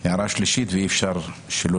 באופן אמיתי מגיעים לתכלית שאנחנו רוצים ולא